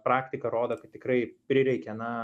praktika rodo kad tikrai prireikia na